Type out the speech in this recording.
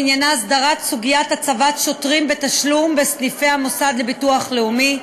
עניינה הסדרת סוגיית הצבת שוטרים בתשלום בסניפי המוסד לביטוח לאומי.